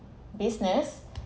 business